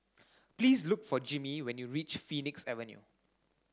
please look for Jimmy when you reach Phoenix Avenue